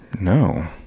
No